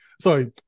sorry